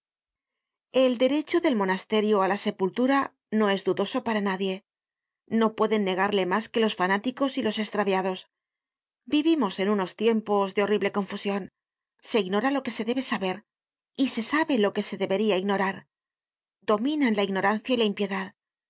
el derecho del monasterio á la sepultura no es dudoso para nadie no pueden negarle mas que los fanáticos y los estraviados vivimos en unos tiempos de horrible confusion se ignora lo que se debe saber y se sabe lo que se debería ignorar dominan la ignorancia y la impiedad hay